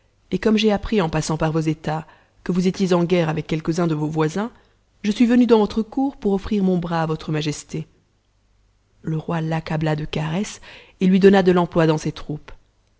et comme j'ai appris en passant par vos états que vous étiez en guerre avec quelques-uns de vos voisins je suis venu dans votre cour pour offrir mon bras à votre majesté c le roi l'accabla de caresses et lui donna de l'emploi dans ses troupes